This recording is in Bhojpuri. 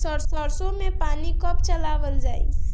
सरसो में पानी कब चलावल जाई?